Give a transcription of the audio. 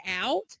out